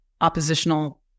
oppositional